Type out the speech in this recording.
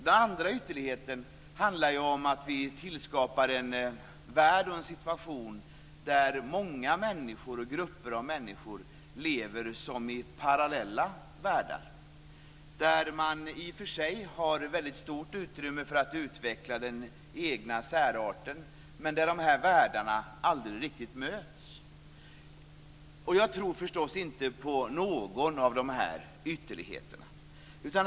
Den andra ytterligheten handlar om att vi tillskapar en värld och en situation där många människor och grupper av människor lever som i parallella världar. Man har i och för sig mycket stort utrymme för att utveckla den egna särarten, men de här världarna möts aldrig riktigt. Jag tror förstås inte på någon av de här ytterligheterna.